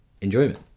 enjoyment